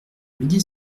midi